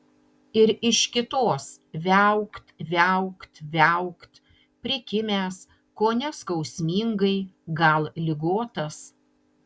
ir iš kitos viaukt viaukt viaukt prikimęs kone skausmingai gal ligotas